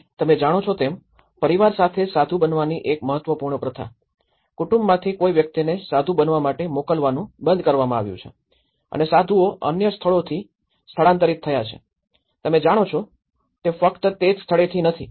તેથી તમે જાણો છો તેમ પરિવાર સાથે સાધુ બનવાની એક મહત્વપૂર્ણ પ્રથા કુટુંબમાંથી કોઈ વ્યક્તિને સાધુ બનવા મોકલવાનું બંધ કરવામાં આવ્યું છે અને સાધુઓ અન્ય સ્થળોથી સ્થળાંતરિત થયા છે તમે જાણો છો તે ફક્ત તે જ સ્થળેથી નથી